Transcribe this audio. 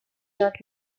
not